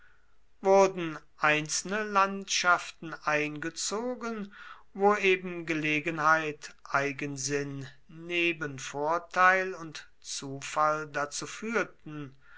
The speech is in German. wurden einzelne landschaften eingezogen wo eben gelegenheit eigensinn nebenvorteil und zufall dazu führten